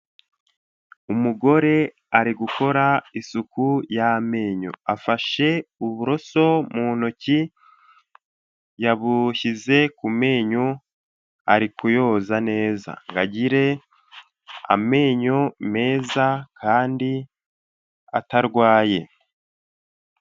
Umugore ari gukora isuku y'amenyo, afashe uburoso mu ntoki, yabushyize ku menyo, ari kuyoza neza, ngo agire amenyo meza kandi atarwaye.